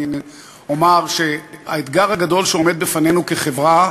אני אומר שהאתגר הגדול שעומד בפנינו כחברה